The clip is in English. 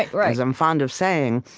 like as i'm fond of saying,